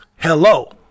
hello